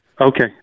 Okay